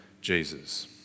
Jesus